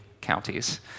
counties